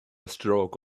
stroke